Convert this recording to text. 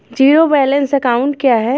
Zero balance account क्या है?